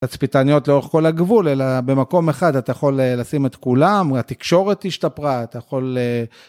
אצפיתניות לאורך כל הגבול אלא במקום אחד אתה יכול לשים את כולם והתקשורת תשתפרה אתה יכול.